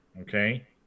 okay